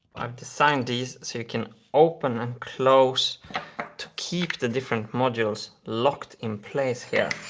i've designed these so you can open and close to keep the different modules locked in place here.